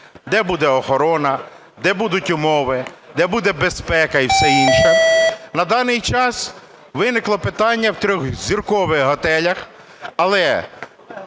де буде охорона, де будуть умови, де буде безпека і все інше? На даний час виникло питання у трьохзіркових готелях, але